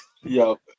yo